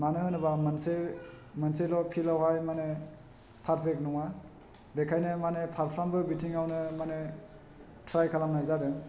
मानो होनोबा मोनसे मोनसेल' फिल्डहाय माने फारपेक नङा बेखायनो माने फारफ्रामबो बिथिङावनो माने थ्राय खालामनाय जादों